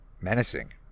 menacing